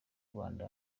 rwanda